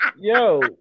Yo